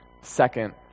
Second